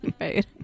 Right